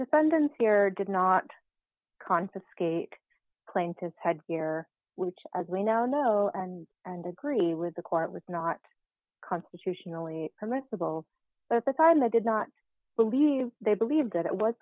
defendants here did not confiscate plaintiff's headgear which as we now know and and agree with the court was not constitutionally permissible but at the time they did not believe they believed that it was